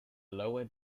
lower